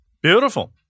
Beautiful